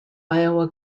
iowa